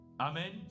Amen